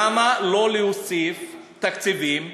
למה לא להוסיף תקציבים,